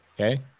Okay